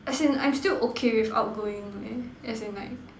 as in I'm still okay with outgoing as in like